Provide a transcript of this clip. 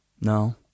no